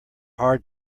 hard